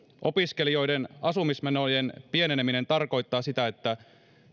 opiskelijoiden asumismenojen pieneneminen tarkoittaa sitä että